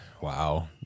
Wow